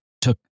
took